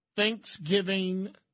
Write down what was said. Thanksgiving